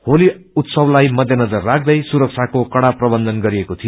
होली उत्सवलाइ मध्यनजर राख्यै सुरक्षको कड़ा प्रबन्ध गरिएको थियो